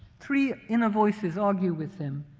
three inner voices argue with him,